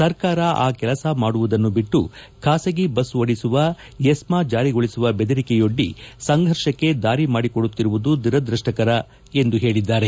ಸರ್ಕಾರ ಆ ಕೆಲಸ ಮಾಡುವುದನ್ನು ಬಿಟ್ಟು ಖಾಸಗಿ ಬಸ್ ಓಡಿಸುವ ಎಸ್ಕಾ ಜಾರಿಗೊಳಿಸುವ ಬೆದರಿಕೆಯೊಡ್ಡಿ ಸಂಘರ್ಷಕ್ಕೆ ದಾರಿಮಾಡಿಕೊಡುತ್ತಿರುವುದು ದುರದ್ಯಸ್ಥಕರ ಎಂದು ಹೇಳದ್ದಾರೆ